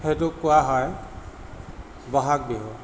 সেইটোক কোৱা হয় বহাগ বিহু